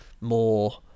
more